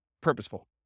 purposeful